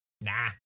Nah